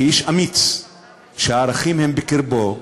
כאיש אמיץ שהערכים הם בקרבו,